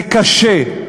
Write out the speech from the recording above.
זה קשה,